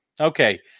Okay